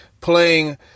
playing